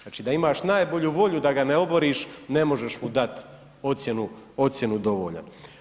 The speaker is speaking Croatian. Znači da imaš najbolju volju da ga ne oboriš, ne možeš mu dati ocjenu dovoljan.